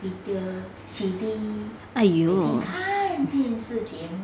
!aiyo!